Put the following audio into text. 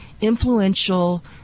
influential